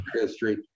history